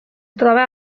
troba